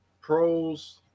pros